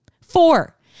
four